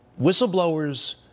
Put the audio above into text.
whistleblowers